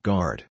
Guard